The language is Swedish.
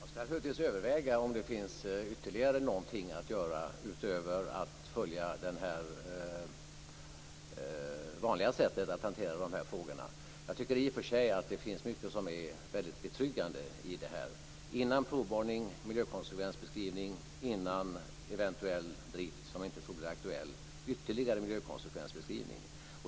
Fru talman! Jag skall naturligtvis överväga om det finns ytterligare någonting att göra utöver att följa det vanliga sättet att hantera de här frågorna. Jag tycker i och för sig att det finns mycket som är väldigt betryggande i detta. Innan provborrning, miljökonsekvensbeskrivning, innan eventuell drift - som jag inte tror blir aktuell - ytterligare miljökonsekvensbeskrivning.